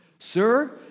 Sir